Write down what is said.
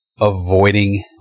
avoiding